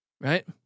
Right